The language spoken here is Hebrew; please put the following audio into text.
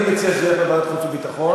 אני מציע שזה יהיה בוועדת החוץ והביטחון.